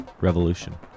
revolution